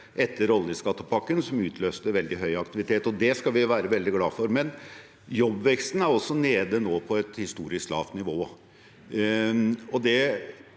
etter oljeskattepakken, som utløste veldig høy aktivitet. Det skal vi være veldig glad for. Jobbveksten er også nå nede på et historisk lavt nivå.